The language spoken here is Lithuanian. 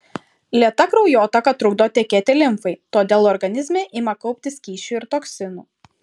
lėta kraujotaka trukdo tekėti limfai todėl organizme ima kauptis skysčių ir toksinų